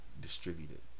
Distributed